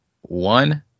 one